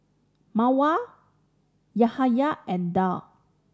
Mawar Yahaya and Daud